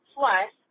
Plus